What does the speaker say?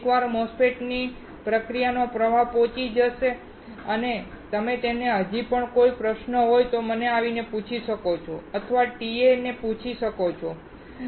એકવાર આપણે MOSFET પ્રક્રિયાના પ્રવાહ પર પહોંચી જઈએ અને જો તમને હજી પણ કોઈ પ્રશ્ન હોય તો તમે મને પૂછી શકો છો અથવા TA ને પૂછી શકો છો